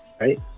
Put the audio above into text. Right